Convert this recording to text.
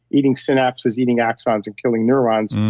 eating synapses eating axons and killing neurons.